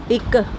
ਇੱਕ